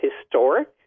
historic